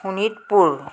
Sonitpur